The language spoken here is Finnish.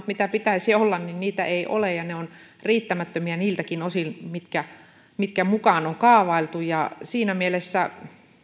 mitä pitäisi olla ei ole ja ne ovat riittämättömiä niiltäkin osin mitkä mitkä mukaan on kaavailtu siinä mielessä